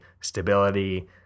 stability